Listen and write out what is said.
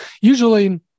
usually